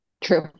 True